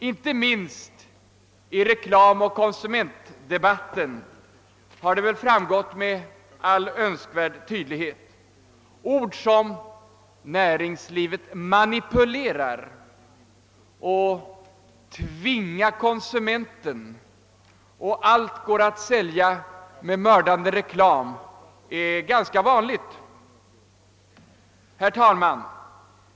Inte minst i reklamoch konsumentdebatten har detta framgått med all önskvärd tydlighet. Ord som »näringslivet manipulerar» och »tvinga konsumenten» och »allt går att sälja med mördande reklam» är ganska vanliga.